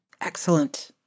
Excellent